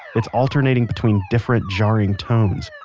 its alternating between different jarring tones,